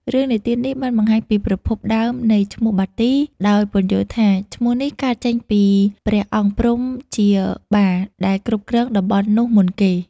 រឿងនិទាននេះបានបង្ហាញពីប្រភពដើមនៃឈ្មោះ "បាទី" ដោយពន្យល់ថា ឈ្មោះនេះកើតចេញពីព្រះអង្គព្រហ្មជា "បា" ដែលគ្រប់គ្រងតំបន់នោះមុនគេ។